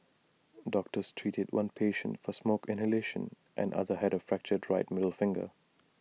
doctors treated one patient for smoke inhalation and another had A fractured right middle finger